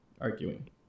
arguing